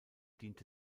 diente